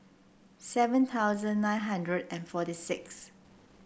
seven thousand nine hundred and forty six